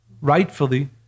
rightfully